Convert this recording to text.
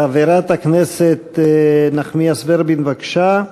חברת הכנסת נחמיאס ורבין, בבקשה,